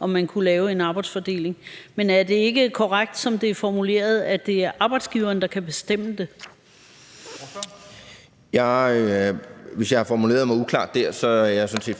om man kunne lave en arbejdsfordeling. Men er det ikke korrekt, som det er formuleret, at det er arbejdsgiveren, der kan bestemme det? Kl. 10:45 Formanden (Henrik Dam